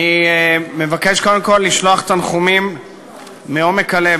אני מבקש קודם כול לשלוח תנחומים מעומק הלב